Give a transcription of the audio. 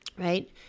right